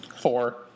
four